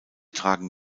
tragen